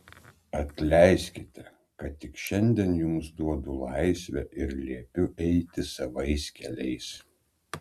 atleiskite kad tik šiandien jums duodu laisvę ir liepiu eiti savais keliais